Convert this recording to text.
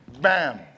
Bam